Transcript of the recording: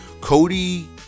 Cody